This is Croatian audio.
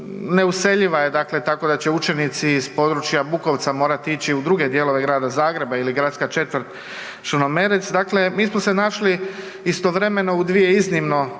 neuseljiva je, dakle tako da će učenici iz područja Bukovca morat ići u druge dijelove grada Zagreba ili gradska četvrt Črnomerec, dakle mi smo se našli istovremeno u dvije iznimno